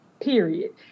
period